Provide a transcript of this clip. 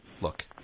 Look